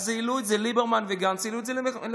אז ליברמן וגנץ העלו את זה ב-50%.